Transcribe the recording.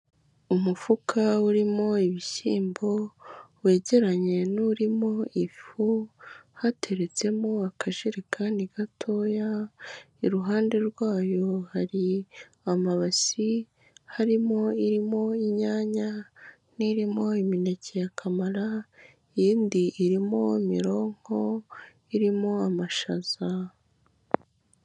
Umufuka urimo ibishyimbo wegeranye n'urimo ifu hateretsemo akajerekani gatoya, iruhande rwayo hari amabasi harimo irimo inyanya n'irimo imineke ya kamara, iyindi irimo mironko irimo amashaza.